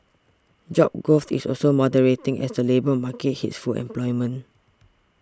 job growth is also moderating as the labour market hits full employment